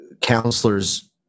counselors